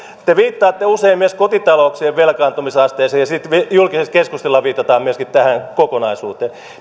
te viittaatte usein myös kotitalouksien velkaantumisasteeseen ja julkisessa keskustelussa viitataan myöskin tähän kokonaisuuteen